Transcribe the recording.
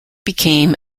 became